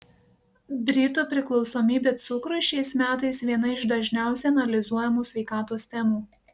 britų priklausomybė cukrui šiais metais viena iš dažniausiai analizuojamų sveikatos temų